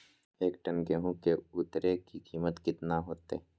एक टन गेंहू के उतरे के कीमत कितना होतई?